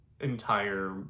entire